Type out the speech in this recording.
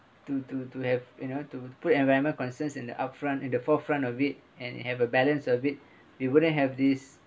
to to to have you know to put environment concerns in the upfront and the forefront of it and it have a balance of it we wouldn't have this